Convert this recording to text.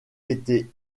été